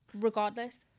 regardless